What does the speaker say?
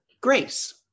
grace